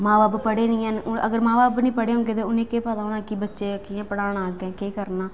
मां बब्ब पढ़े निं है'न अगर मां बब्ब पढ़े होंदे ते उ'नें केह् पता होना की बच्चे कि'यां पढ़ाना अग्गें केह् करना